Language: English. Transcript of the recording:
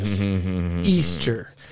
easter